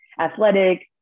athletic